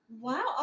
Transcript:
Wow